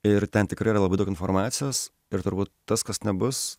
ir ten tikrai yra labai daug informacijos ir turbūt tas kas nebus